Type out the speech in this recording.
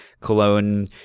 Cologne